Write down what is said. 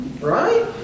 Right